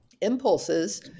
impulses